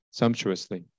sumptuously